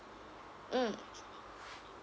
mm